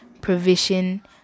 provision